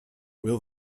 will